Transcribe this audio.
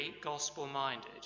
gospel-minded